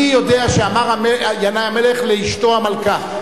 אני יודע שאמר ינאי המלך לאשתו המלכה,